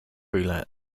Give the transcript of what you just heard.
roulette